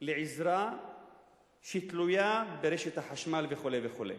לעזרה שתלויה ברשת החשמל, וכו' וכו'.